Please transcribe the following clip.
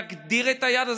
תגדיר את היעד הזה.